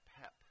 pep